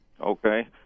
okay